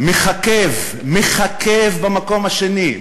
מככב במקום השני,